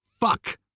Fuck